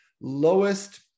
lowest